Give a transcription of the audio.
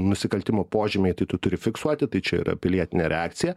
nusikaltimo požymiai tai tu turi fiksuoti tai čia yra pilietinė reakcija